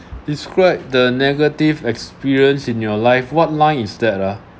describe the negative experience in your life what line is that ah